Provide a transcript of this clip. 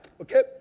Okay